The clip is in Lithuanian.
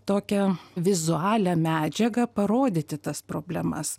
tokią vizualią medžiagą parodyti tas problemas